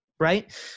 Right